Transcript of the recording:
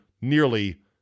nearly